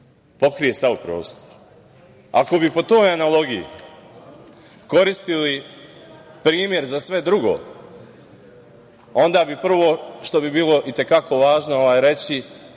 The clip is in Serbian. pokrije sav prostor. Ako bi po toj analogiji koristili primer za sve drugo, onda bi prvo što bi bilo itekako važno reći,